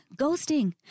ghosting